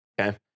okay